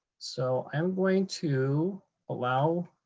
so i'm going to allow,